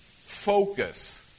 focus